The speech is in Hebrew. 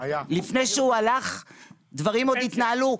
לפני שהוא הלך דברים עוד התנהלו.